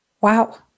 Wow